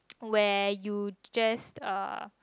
where you just uh